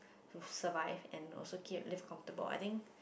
to survive and also gear a leave comfortable I think